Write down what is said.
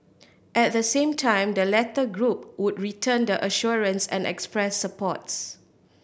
at the same time the latter group would return the assurance and express supports